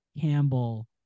Campbell